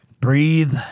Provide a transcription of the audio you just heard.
Breathe